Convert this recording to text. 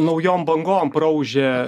naujom bangom praūžė